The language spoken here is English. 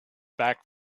back